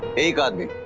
big ah